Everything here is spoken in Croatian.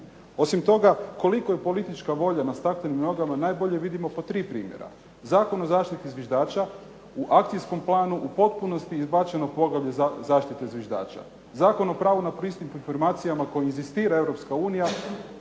Osim toga koliko je politička volja na staklenim nogama najbolje vidimo po tri primjera. Zakon o zaštiti zviždača u akcijskom planu u potpunosti izbačeno poglavlje zaštite zviždača. Zakon o pravu na pristup informacijama koje inzistira Europska unija,